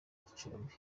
gicumbi